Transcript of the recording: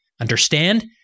understand